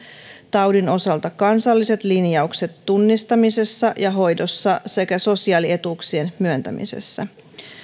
taudin osalta kansalliset linjaukset tunnistamisessa ja hoidossa sekä sosiaalietuuksien myöntämisessä